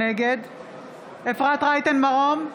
נגד אפרת רייטן מרום,